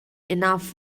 enough